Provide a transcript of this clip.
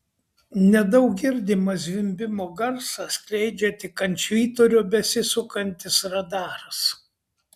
nedaug girdimą zvimbimo garsą skleidžia tik ant švyturio besisukantis radaras